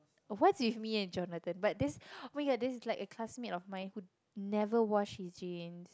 what's with me and Jonathan but that's oh-my-god there's this classmate of mine who never wash his jeans